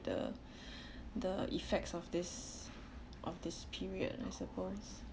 the the effects of this of this period I suppose